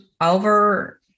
over